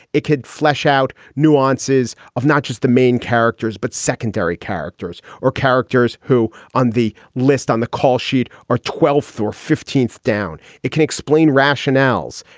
it could flesh out nuances of not just the main characters, but secondary characters or characters who on the list on the call sheet are twelfth or fifteenth down. it can explain rationales.